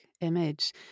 image